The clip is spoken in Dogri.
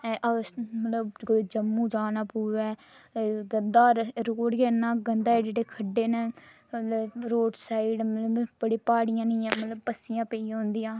मतलब कोई जम्मू जाना पवै गंदा रोड गै इन्ना इन्ना गंदा इड्डे इड्डे खड्ढे न मतलब रोड साइड बड़ी प्हाड़ियां न इयां मतलब पस्सियां पेई रौहंदियां